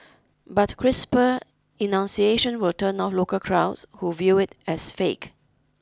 but crisper enunciation will turn off local crowds who view it as fake